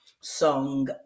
song